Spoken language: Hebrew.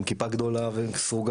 עם כיפה סרוגה גדולה ופאות,